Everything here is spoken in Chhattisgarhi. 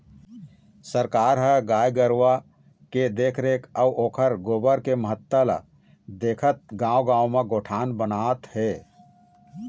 सरकार ह गाय गरुवा के देखरेख अउ ओखर गोबर के महत्ता ल देखत गाँव गाँव म गोठान बनात हे